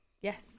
yes